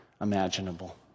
imaginable